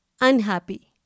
unhappy